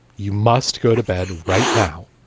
you must go to bed right now.